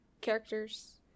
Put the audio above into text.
characters